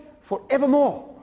forevermore